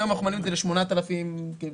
היום אנחנו מעלים את זה ל-7,800 שקלים.